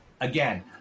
again